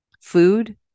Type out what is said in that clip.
food